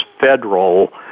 federal